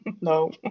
No